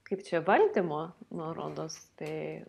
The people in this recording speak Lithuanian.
kaip čia valdymo man rodos tai